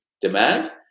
demand